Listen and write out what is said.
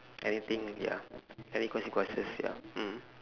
anything ya having consequences ya mm